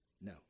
no